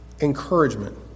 encouragement